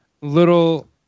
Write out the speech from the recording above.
little